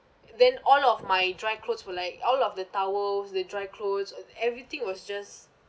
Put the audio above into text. then all of my dry clothes were like all of the towels the dry clothes and everything was just